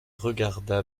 regarda